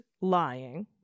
lying